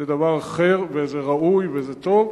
זה דבר אחר וזה ראוי וטוב.